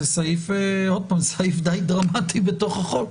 זה סעיף די דרמטי בתוך החוק.